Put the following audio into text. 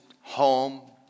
home